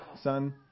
son